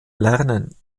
lernen